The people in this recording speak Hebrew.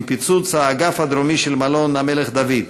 עם פיצוץ האגף הדרומי של מלון "המלך דוד",